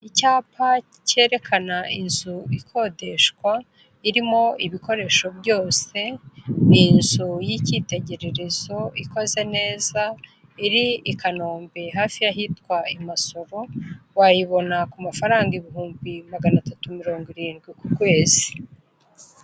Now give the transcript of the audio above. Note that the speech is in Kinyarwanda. Icyapa cyerekana inzu ikodeshwa, irimo ibikoresho byose. Ni inzu y'icyitegererezo ikoze neza. Iri i Kanombe hafi y'ahitwa i Masoro. Wayibona ku mafaranga ibihumbi maganatatu mirongirindwi ku kwezi.